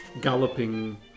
galloping